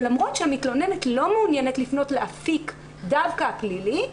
ולמרות שהמתלוננת לא מעוניינת לפנות לאפיק הפלילי דווקא,